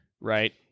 Right